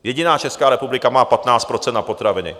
Jediná Česká republika má 15 % na potraviny.